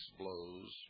blows